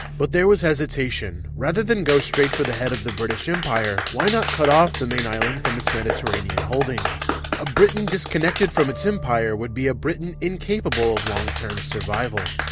but there was hesitation. rather than go straight for the head of the british empire, why not cut off the main island from its mediterranean holdings? a britain disconnected from its empire would be britain incapable of long-term survival.